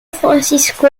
francisco